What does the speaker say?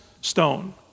stone